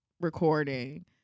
recording